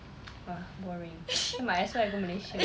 !wah! boring then might as well I go malaysia